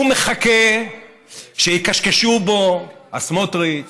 הוא מחכה שיכשכשו בו הסמוטריץ